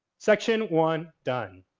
section one done.